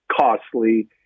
costly